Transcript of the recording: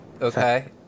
Okay